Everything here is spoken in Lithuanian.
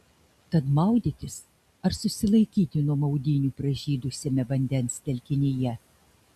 tad maudytis ar susilaikyti nuo maudynių pražydusiame vandens telkinyje